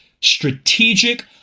strategic